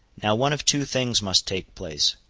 now one of two things must take place.